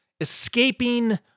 escaping